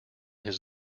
his